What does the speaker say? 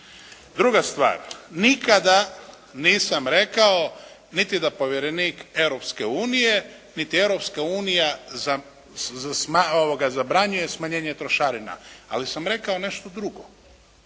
Druga stvar, nikada nisam rekao niti da povjerenik Europske unije niti Europska unija zabranjuje smanjenje trošarina. Ali sam rekao nešto drugo,